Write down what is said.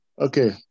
Okay